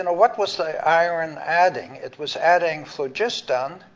and what was the iron adding? it was adding phlogiston,